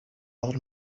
old